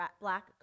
black